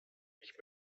ich